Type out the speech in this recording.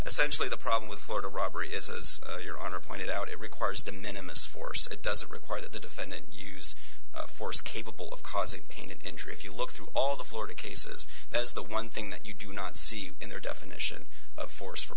essentially the problem with florida robbery is as your honor pointed out it requires de minimus force it doesn't require that the defendant use force capable of causing pain and injury if you look through all the florida cases that's the one thing that you do not see in their definition of force for